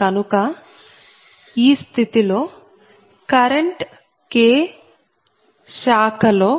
కనుక స్థితి లో కరెంట్ K శాఖ లో